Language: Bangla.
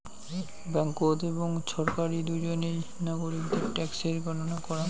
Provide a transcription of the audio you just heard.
ব্যাঙ্ককোত এবং ছরকারি দুজনেই নাগরিকদের ট্যাক্সের গণনা করাং